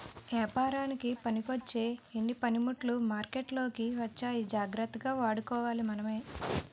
ఏపారానికి పనికొచ్చే ఎన్నో పనిముట్లు మార్కెట్లోకి వచ్చాయి జాగ్రత్తగా వాడుకోవాలి మనమే